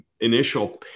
initial